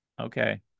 Okay